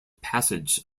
passage